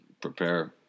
prepare